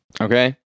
Okay